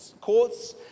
courts